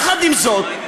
יחד עם זאת,